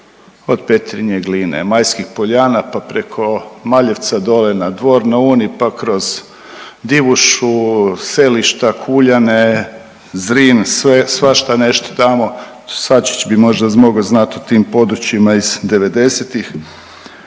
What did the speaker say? Od Petrinje, Gline, Majskih Poljana pa preko Maljevca dole na Dvor na Uni, pa kroz Divušu, Selišta, Kuljane, Zrin, sve svašta nešta tamo, Svačić bi možda mogao znati o tim područjima iz '90.-ih.